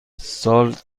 سال